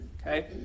Okay